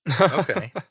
Okay